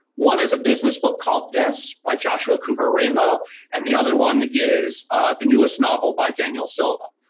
one is a business book called this by joshua cooper ramo and the other one is the newest novel by daniel silva